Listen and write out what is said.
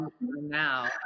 Now